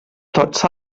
tots